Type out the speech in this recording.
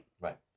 Right